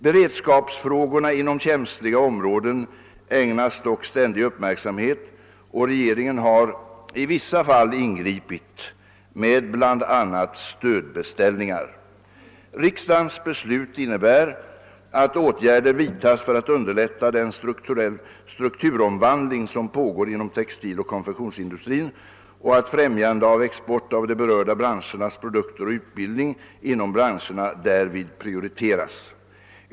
: Beredskapsfrågorna inom «känsliga områden ägnas dock ständig uppmärksamhet, och regeringen har i vissa fall ingripit med bl.a. stödbeställningar. Riksdagens beslut innebär att åtgärder vidtas för att underlätta den strukr turomvaandling som pågår inom textiloch konfektionsindustrin och att främjande av export av de berörda branschernas produkter och utbildning inom branscherna därvid prioriteras.